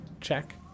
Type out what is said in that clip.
Check